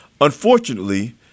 Unfortunately